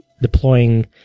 deploying